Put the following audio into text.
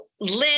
Lynn